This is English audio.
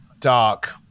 dark